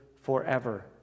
forever